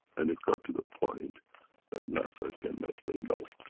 and it's got to the point that nasa cannot say no.